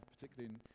particularly